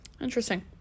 Interesting